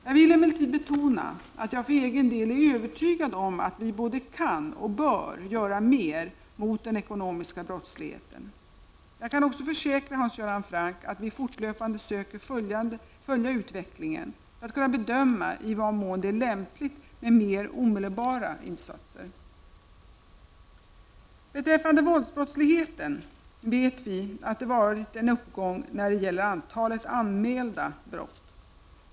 Jag vill emellertid betona att jag för egen del är övertygad om att vi både kan och bör göra mer mot den ekonomiska brottsligheten. Jag kan också försäkra Hans Göran Franck att vi fortlöpande söker följa utvecklingen för att kunna bedöma i vad mån det är lämpligt med mer omedelbara insatser. Beträffande våldsbrottsligheten vet vi att det varit en uppgång när det gäller antalet anmälda brott.